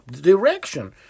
direction